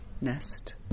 nest